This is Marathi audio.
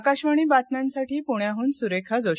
आकाशवाणीबातम्यांसाठी पुण्याहून सुरेखाजोशी